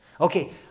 Okay